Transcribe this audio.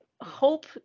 hope